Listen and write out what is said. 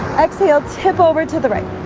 exhale tip over to the right